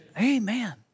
Amen